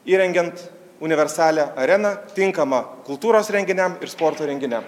įrengiant universalią areną tinkamą kultūros renginiam ir sporto renginiam